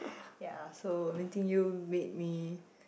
ya so meeting you made me